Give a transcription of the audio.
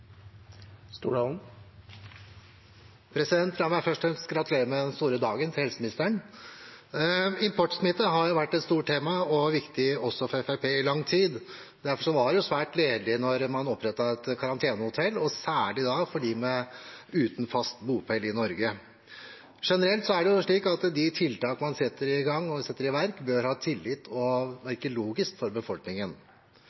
meg først få gratulere med den store dagen til helseministeren. Importsmitte har vært et stort tema – og viktig også for Fremskrittspartiet – i lang tid. Derfor var det svært gledelig da man opprettet karantenehotell, og særlig for dem uten fast bopel i Norge. Generelt er det jo slik at de tiltak man setter i verk, bør ha tillit og